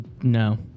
No